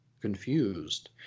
confused